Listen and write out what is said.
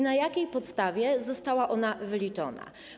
Na jakiej podstawie została wyliczona?